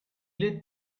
lit